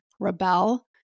rebel